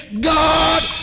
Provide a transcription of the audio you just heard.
god